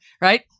right